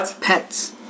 pets